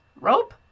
Rope